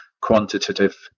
quantitative